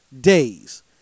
days